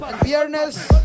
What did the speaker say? viernes